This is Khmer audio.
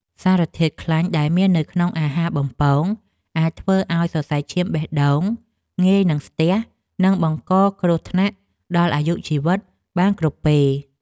សារធាតុខ្លាញ់ដែលមាននៅក្នុងអាហារបំពងអាចធ្វើឲ្យសរសៃឈាមបេះដូងងាយនឹងស្ទះ និងបង្កជាគ្រោះថ្នាក់ដល់អាយុជីវិតបានគ្រប់ពេល។